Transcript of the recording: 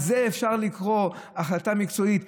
לזה אפשר לקרוא החלטה מקצועית?